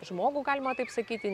žmogų galima taip sakyti